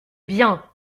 bien